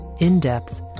in-depth